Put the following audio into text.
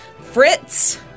Fritz